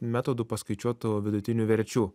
metodu paskaičiuotų vidutinių verčių